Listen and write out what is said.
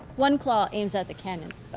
one claw aims at the cannons,